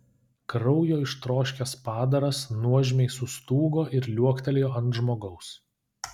kraujo ištroškęs padaras nuožmiai sustūgo ir liuoktelėjo ant žmogaus